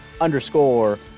underscore